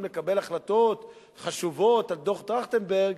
לקבל החלטות חשובות על דוח-טרכטנברג,